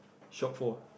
shop for